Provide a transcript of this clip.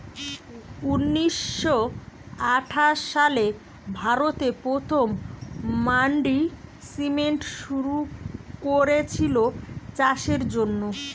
ঊনিশ শ আঠাশ সালে ভারতে প্রথম মান্ডি সিস্টেম শুরু কোরেছিল চাষের জন্যে